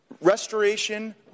restoration